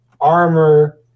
armor